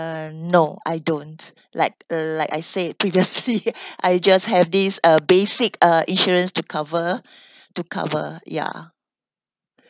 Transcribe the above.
uh no I don't like uh like I said previously I just have these uh basic uh insurance to cover to cover ya